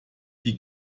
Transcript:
die